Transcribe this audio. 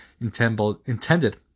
intended